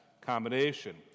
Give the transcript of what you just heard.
combination